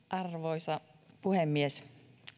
arvoisa puhemies